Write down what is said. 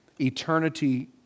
eternity